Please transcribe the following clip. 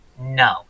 No